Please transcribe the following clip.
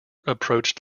approached